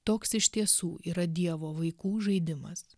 toks iš tiesų yra dievo vaikų žaidimas